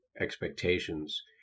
expectations